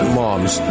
moms